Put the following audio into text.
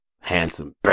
Handsome